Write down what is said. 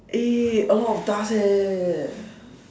eh a lot of dust leh